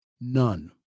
none